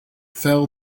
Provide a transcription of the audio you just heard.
fell